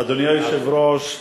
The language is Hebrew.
היושב-ראש,